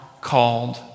called